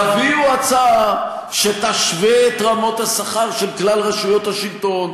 תביאו הצעה שתשווה את רמות השכר של כלל רשויות השלטון,